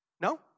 No